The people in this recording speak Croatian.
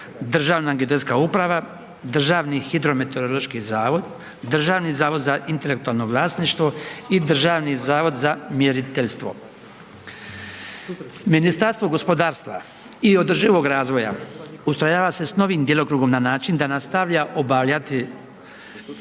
Državna geodetska uprava, Državni hidrometeorološki zavod, Državni zavod za intelektualno vlasništvo i Državni zavod za mjeriteljstvo. Ministarstvo gospodarstva i održivog razvoja ustrojava se s novim djelokrugom na način da nastavlja obavljati